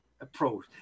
approach